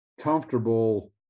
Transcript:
comfortable